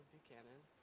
Buchanan